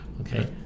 Okay